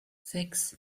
sechs